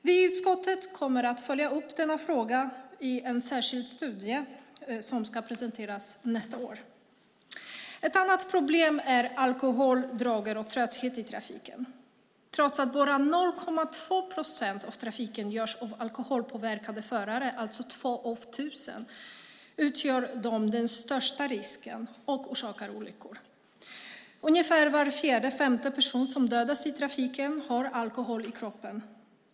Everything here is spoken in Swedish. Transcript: Vi i utskottet kommer att följa upp frågan i en särskild studie som ska presenteras nästa år. Ett annat problem är alkohol, droger och trötthet i trafiken. Trots att bara 0,2 procent av förare i trafiken utgörs av alkoholpåverkade förare, alltså 2 av 1 000, utgör de den största risken och orsakar olyckor. Ungefär var fjärde femte person som dödas i trafiken har alkohol i kroppen.